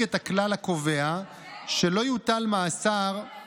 כבוד יושב-ראש הכנסת, אם